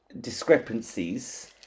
discrepancies